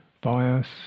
bias